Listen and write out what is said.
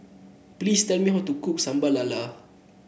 please tell me how to cook Sambal Lala